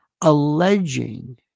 alleging